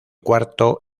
cuarto